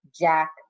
Jack